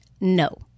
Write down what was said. no